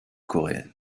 coréenne